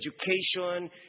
education